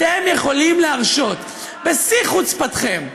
אתם יכולים להרשות, בשיא חוצפתכם,